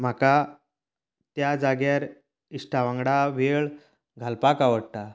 म्हाका त्या जाग्यार इश्टां वांगडा वेळ घालपाक आवडटा